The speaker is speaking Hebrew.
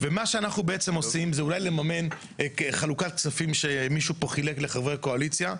מה שאנחנו עושים זה אולי לממן חלוקת כספים למישהו חילק לחברי קואליציה.